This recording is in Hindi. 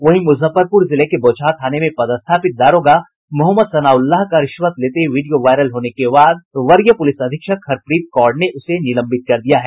वहीं मूजफ्फरपूर जिले के बोचहां थाने में पदस्थापित दारोगा मोहम्मद सनाउल्लाह का रिश्वत लेते वीडियो वायरल होने के बाद वरीय पूलिस अधीक्षक हरप्रीत कौर ने उसे निलंबित कर दिया है